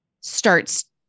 starts